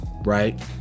right